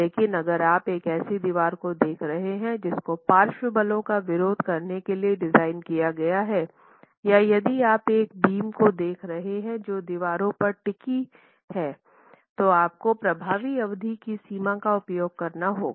लेकिन अगर आप एक ऐसी दीवार को देख रहे हैं जिसको पार्श्व बलों का विरोध करने के लिए डिज़ाइन किया गया है या यदि आप एक बीम को देख रहे हैं जो दीवार पर टिकी है तो आपको प्रभावी अवधि की सीमा का उपयोग करना होगा